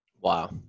wow